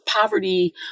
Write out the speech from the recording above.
poverty